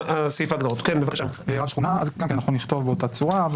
"רב שכונה" גם נכתוב באותה צורה.